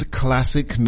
classic